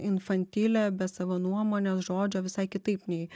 infantilią be savo nuomonės žodžio visai kitaip nei